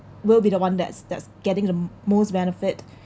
will be the one that's that's getting the m~ most benefit